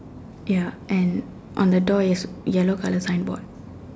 ya and on the door is yellow colour signboard